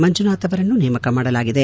ಮಂಜುನಾಥ್ ಅವರನ್ನು ನೇಮಕ ಮಾಡಲಾಗಿದೆ